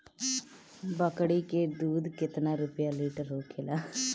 बकड़ी के दूध केतना रुपया लीटर होखेला?